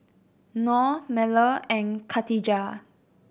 Nor Melur and Khatijah